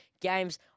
games